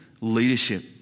leadership